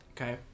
Okay